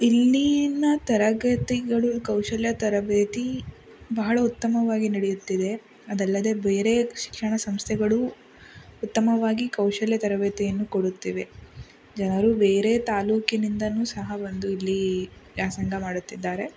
ಇಲ್ಲಿನ ತರಗತಿಗಳು ಕೌಶಲ್ಯ ತರಬೇತಿ ಬಹಳ ಉತ್ತಮವಾಗಿ ನಡೆಯುತ್ತಿದೆ ಅದಲ್ಲದೆ ಬೇರೆ ಶಿಕ್ಷಣ ಸಂಸ್ಥೆಗಳು ಉತ್ತಮವಾಗಿ ಕೌಶಲ್ಯ ತರಬೇತಿಯನ್ನು ಕೊಡುತ್ತಿವೆ ಜನರು ಬೇರೆ ತಾಲೂಕಿನಿಂದನೂ ಸಹ ಬಂದು ಇಲ್ಲಿ ವ್ಯಾಸಂಗ ಮಾಡುತ್ತಿದ್ದಾರೆ